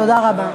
תודה רבה.